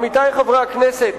עמיתי חברי הכנסת,